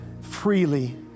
freely